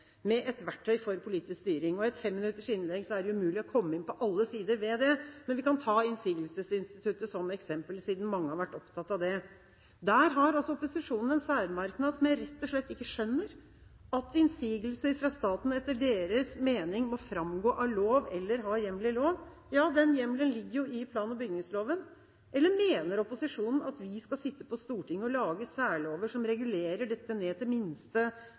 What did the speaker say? med lokalsamfunnet sitt, med et verktøy for politisk styring. I et 5-minutters innlegg er det umulig å komme inn på alle sider ved dette, men vi kan ta innsigelsesinstituttet som eksempel, siden mange har vært opptatt av det. Der har altså opposisjonen en særmerknad som jeg rett og slett ikke skjønner, at innsigelser fra staten etter deres mening må framgå av lov eller ha hjemmel i lov. Ja, den hjemmelen ligger jo i plan- og bygningsloven. Eller mener opposisjonen at vi skal sitte på Stortinget og lage særlover som regulerer dette ned til minste